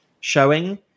showing